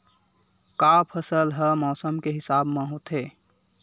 का फसल ह मौसम के हिसाब म होथे?